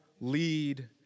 lead